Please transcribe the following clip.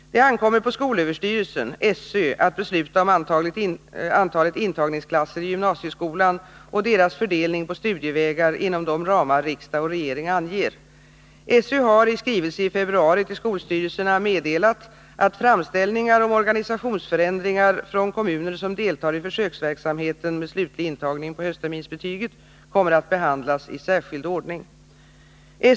Det ankommer på skolöverstyrelsen att besluta om antalet intagningsklasser i gymnasieskolan och deras fördelning på studievägar inom de ramar riksdag och regering anger. SÖ har i februari i skrivelse till skolstyrelserna meddelat att framställningar om organisationsförändringar från kommuner som deltar i försöksverksamheten med slutlig intagning på höstterminsbetyget kommer att behandlas i särskild ordning.